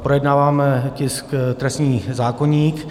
Projednáváme tisk trestní zákoník.